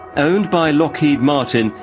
owned by lockheed martin,